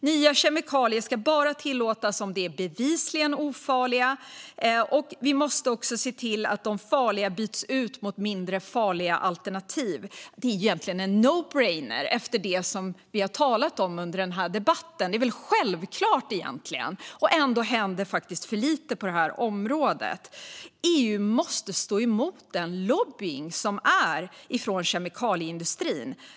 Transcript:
Nya kemikalier ska bara tillåtas om de är bevisligt ofarliga. Vi måste också se till att de farliga byts ut mot mindre farliga alternativ. Det är egentligen en no-brainer efter det som vi har talat om i den här debatten. Det är väl självklart egentligen. Ändå händer för lite på det här området. EU måste stå emot den lobbying som sker från kemikalieindustrin.